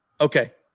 Okay